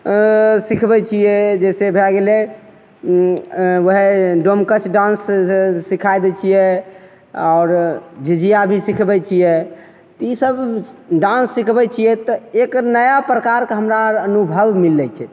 अँ सिखबै छिए जइसे भै गेलै वएह डोमकछ डान्स सिखाबै छिए आओर झिझिया भी सिखबै छिए तऽ ईसब डान्स सिखबै छिए तऽ एक नया प्रकारके हमरा अनुभव मिलै छै